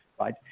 Right